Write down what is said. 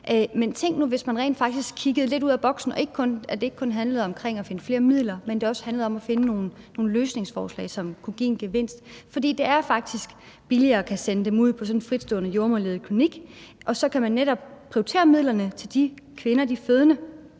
Men tænk nu, hvis man rent faktisk kiggede lidt ud af boksen og det ikke kun handlede om at finde flere midler, men det også handlede om at finde nogle løsningsforslag, som kunne give en gevinst. For det er faktisk billigere at kunne sende dem ud på sådan en fritstående jordemoderledet klinik, og så kan man netop prioritere midlerne til de fødende,